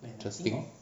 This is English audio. interesting